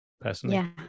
personally